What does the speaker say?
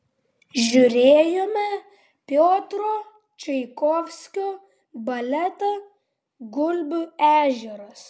žiūrėjome piotro čaikovskio baletą gulbių ežeras